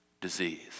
disease